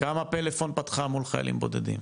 כמה פלאפון פתחה מול חיילים בודדים?